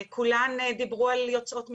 כולן דיברו פה על יוצאות מקלטים,